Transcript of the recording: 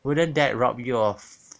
wouldn't that rob you of